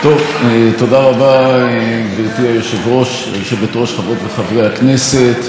חברות וחברי הכנסת, מושב חדש, מנגינה ישנה.